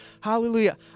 Hallelujah